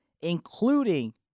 including